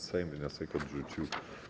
Sejm wniosek odrzucił.